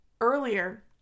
earlier